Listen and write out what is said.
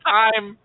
time